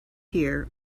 here